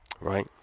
Right